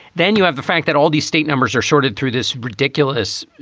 then you have the fact that all these state numbers are shorted through this ridiculous